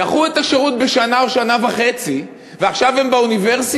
דחו בשנה או שנה וחצי, ועכשיו הם באוניברסיטה,